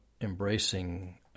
embracing